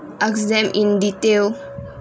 ask them in detail